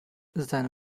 seine